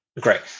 great